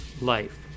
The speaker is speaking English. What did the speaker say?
life